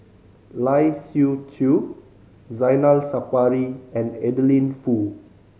Lai Siu Chiu Zainal Sapari and Adeline Foo